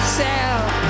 sell